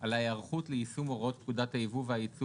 על ההיערכות ליישום הוראות פקודת היבוא והיצוא